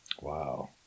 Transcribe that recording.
Wow